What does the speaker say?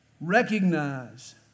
Recognize